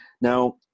Now